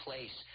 place